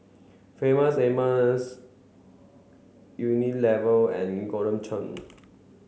famous Amos Unilever and Golden Churn